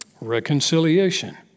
Reconciliation